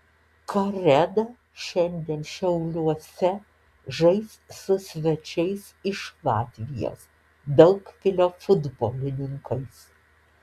kareda šiandien šiauliuose žais su svečiais iš latvijos daugpilio futbolininkais